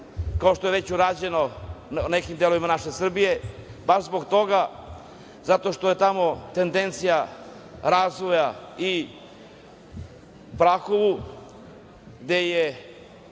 kao što je već urađeno u nekim delovima naše Srbije, baš zbog toga, zato što je tamo tendencija razvoja i u Prahovu, gde je